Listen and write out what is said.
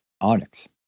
Onyx